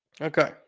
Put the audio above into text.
Okay